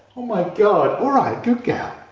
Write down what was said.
oh my god, all right good girl